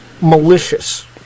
malicious